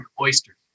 oysters